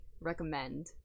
recommend